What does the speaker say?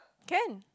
can